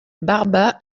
barba